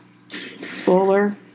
spoiler